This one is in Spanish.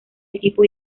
equipo